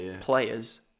players